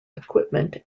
equipment